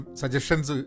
suggestions